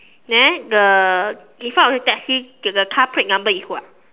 then the in front of the taxi to the car plate number is what